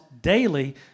daily